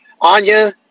Anya